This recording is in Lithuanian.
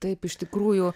taip iš tikrųjų